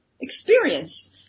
experience